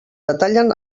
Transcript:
detallen